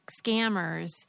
scammers